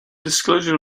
disclosure